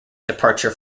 departure